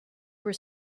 were